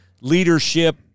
leadership